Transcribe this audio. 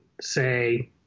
say